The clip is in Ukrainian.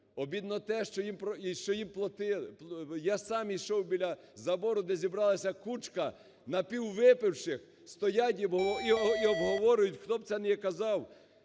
обідно те, що їм платили. Я сам йшов біля забору, де зібралася кучка напіввипивших, стоять і обговорюють, хто б це не казав: